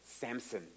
Samson